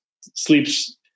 sleep's